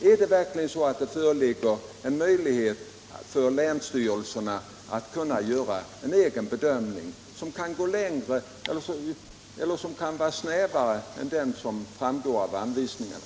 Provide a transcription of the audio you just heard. Är det verkligen så, att det föreligger en möjlighet för länsstyrelserna att göra en egen bedömning som kan gå längre eller vara snävare än den som framgår av anvisningarna?